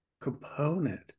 component